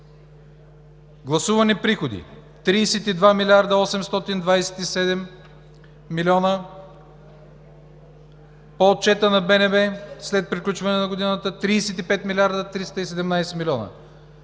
гласувани приходи – 32 млрд. 827 млн. По отчета на БНБ след приключване на годината – 35 млрд. 317 млн.